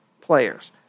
players